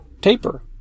taper